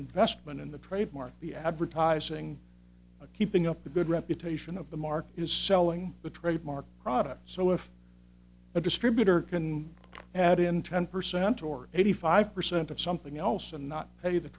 investment in the trademark the advertising of keeping up a good reputation of the market is selling the trademark product so if a distributor can add in ten percent or eighty five percent of something else and not